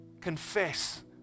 confess